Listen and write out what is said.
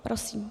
Prosím.